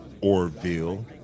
Orville